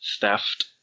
theft